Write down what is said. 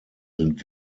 sind